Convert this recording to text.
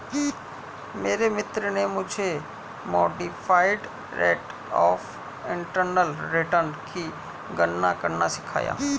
मेरे मित्र ने मुझे modified rate of internal return की गणना करना सिखाया